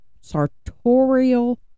sartorial